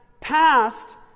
past